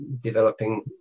developing